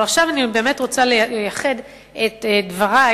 אבל עכשיו אני באמת רוצה לייחד את דברי